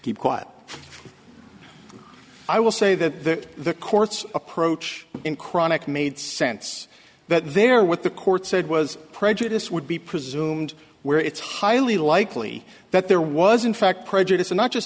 keep quiet i will say that the court's approach in chronic made sense that they're what the court said was prejudice would be presumed where it's highly likely that there was in fact prejudice and not just